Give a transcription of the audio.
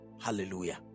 Hallelujah